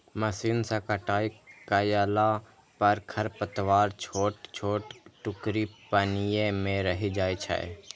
machine सं कटाइ कयला पर खरपतवारक छोट छोट टुकड़ी पानिये मे रहि जाइ छै